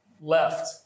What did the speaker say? Left